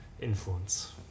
influence